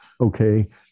okay